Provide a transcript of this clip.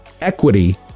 Equity